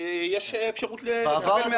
כשיש אפשרות לאנרגיה מהשמש.